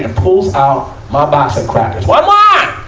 and pulls out my box of crackers! um ah